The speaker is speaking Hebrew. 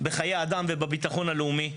בחיי אדם ובביטחון הלאומי.